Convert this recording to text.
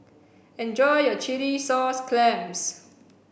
enjoy your chilli sauce clams